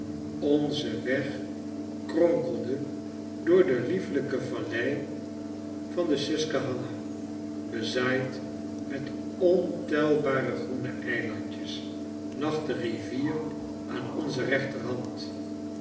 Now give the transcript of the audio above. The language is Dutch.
onze weg kronkelde door de liefelljke vallei van de susquehanna bezaaid met ontelbare groene eilandjes lag de rivier aan onze rechterhand